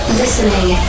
listening